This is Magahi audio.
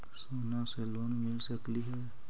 सोना से लोन मिल सकली हे?